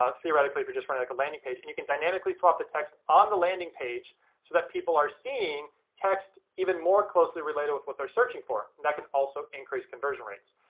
ah theoretically, if you're just running like a landing page. and you can dynamically swap the text on the landing page, so that people are seeing text even more closely related with what they're searching for. that can also increase conversion rates.